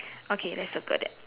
okay let's circle that